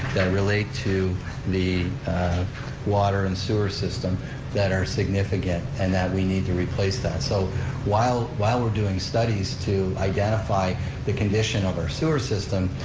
that relate to the water and sewer system that are significant and we need to replace that. so while while we're doing studies to identify the condition of our sewer system,